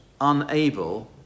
unable